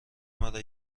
مرا